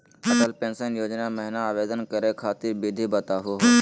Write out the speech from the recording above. Atal pension योजना महिना आवेदन करै खातिर विधि बताहु हो?